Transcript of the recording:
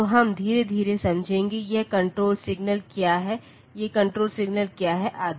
तो हम धीरे धीरे समझेंगे यह कण्ट्रोल सिग्नल क्या है ये कण्ट्रोल सिग्नल क्या हैं आदि